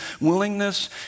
willingness